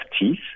teeth